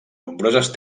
nombroses